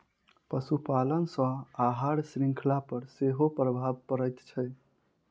पशुपालन सॅ आहार शृंखला पर सेहो प्रभाव पड़ैत छै